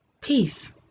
peace